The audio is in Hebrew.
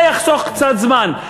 זה יחסוך קצת זמן.